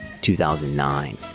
2009